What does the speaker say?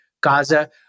Gaza